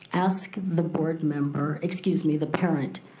ask the board member, excuse me, the parent,